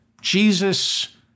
Jesus